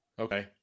Okay